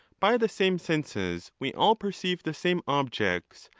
by the same senses we all perceive the same objects,